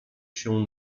się